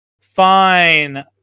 fine